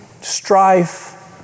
strife